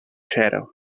xera